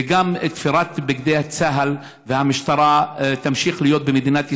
וגם תפירת בגדי צה"ל והמשטרה תמשיך להיות במדינת ישראל,